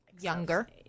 younger